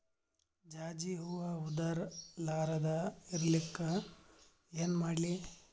ಜಾಜಿ ಹೂವ ಉದರ್ ಲಾರದ ಇರಲಿಕ್ಕಿ ಏನ ಮಾಡ್ಲಿ?